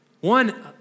One